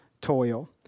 toil